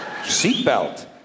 Seatbelt